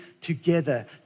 together